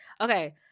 Okay